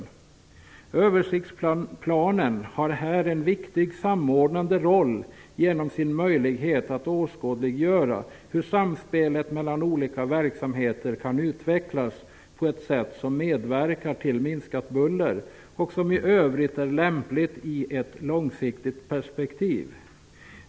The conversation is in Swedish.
Översiktsplanen har här en viktig samordnande roll genom sin möjlighet att åskådliggöra hur samspelet mellan olika verksamheter kan utvecklas på ett sätt som medverkar till minskat buller och som i övrigt är lämpligt i ett långsiktigt perspektiv.